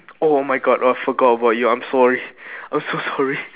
oh my god I forgot about you I'm sorry I'm so sorry